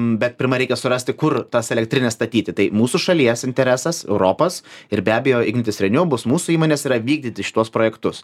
bet pirma reikia surasti kur tas elektrines statyti tai mūsų šalies interesas europos ir be abejo ignitis renju bus mūsų įmonės yra vykdyti šituos projektus